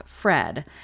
Fred